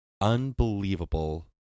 unbelievable